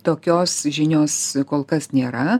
tokios žinios kol kas nėra